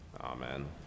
Amen